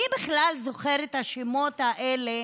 מי בכלל זוכר את השמות האלה